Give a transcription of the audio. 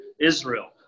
Israel